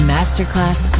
Masterclass